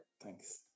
Thanks